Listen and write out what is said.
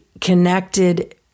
connected